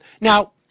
Now